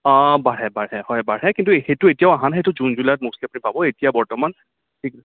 অঁ বাঢ়ে বাঢ়ে হয় বাঢ়ে কিন্তু সেইটো এতিয়াও অহা নাই সেইটো জুন জুলাইত পাব এতিয়া বৰ্তমান